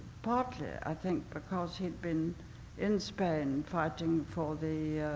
partly, i think, because he'd been in spain fighting for the.